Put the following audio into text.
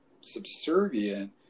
subservient